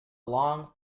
long